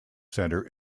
center